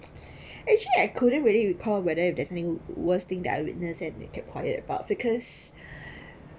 actually I couldn't really recall whether there's any~ worst thing that I witnessed and kept quiet about because